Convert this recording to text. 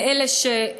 בין אלה שמקללים,